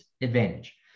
advantage